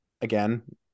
again